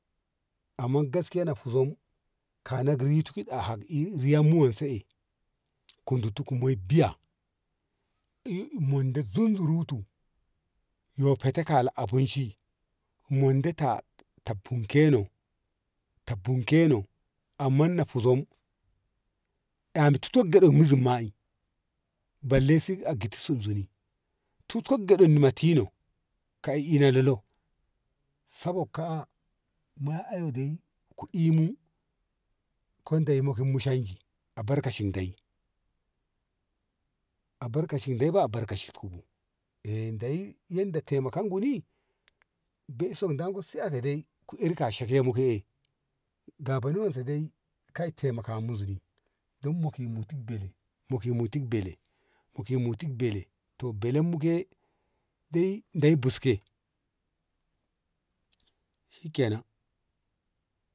Amman gaskiyya na fuzom kanag ritun ki ɗahak i riyamn mu wanse eh ku dutu ku moi diya monde zunzurutu yo fete kala abinci mondayy ta bunke no ta bunke no amma na fuzom tutot gedem muzim ma i balle kituk zuni titot gedom ma tino ka ina na lolo sakog ka`a ma ayo dai ku imu ko dei mukum mu cenji abarkacin dei abarkaci dei ba albarkaci ku bu eh dei yadda taimakon guni dai so danko su aka dai ku ir ka sheke mu ke eh ta bone wanse dai kai taimakani zuni don mukin mutik bele mukin mutuk bele to belen muke de dei buske shikenan.